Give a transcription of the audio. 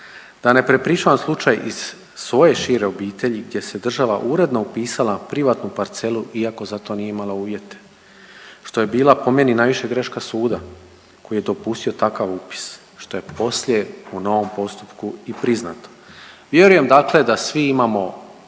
Da ne prepričavam slučaj iz svoje šire obitelji gdje se država uredno upisala na privatnu parcelu iako za to nije imala uvjete što je bila po meni najviše greška suda koji je dopustio takav upis što je poslije u novom postupku i priznato. Vjerujem dakle da svi imamo